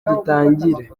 dutangire